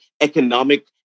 economic